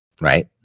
Right